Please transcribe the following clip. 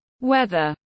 weather